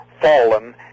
fallen